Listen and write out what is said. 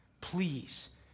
Please